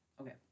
Okay